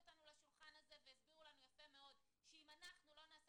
אותנו לשולחן הזה והסבירו לנו יפה מאוד שאם אנחנו לא נעשה